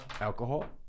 alcohol